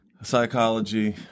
psychology